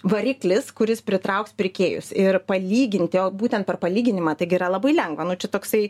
variklis kuris pritrauks pirkėjus ir palyginti o būtent per palyginimą taigi yra labai lengva nu čia toksai